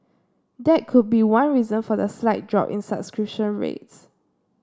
that could be one reason for the slight drop in subscription rates